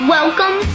Welcome